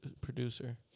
producer